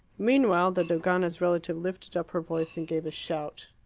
meanwhile the dogana's relative lifted up her voice and gave a shout.